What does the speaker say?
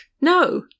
no